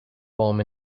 bomb